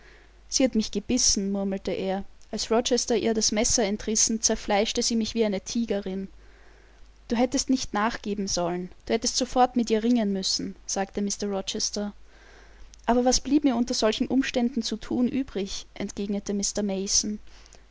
sie hat mich gebissen murmelte er als rochester ihr das messer entrissen zerfleischte sie mich wie eine tigerin du hättest nicht nachgeben sollen du hättest sofort mit ihr ringen müssen sagte mr rochester aber was blieb mir unter solchen umständen zu thun übrig entgegnete